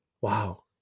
Wow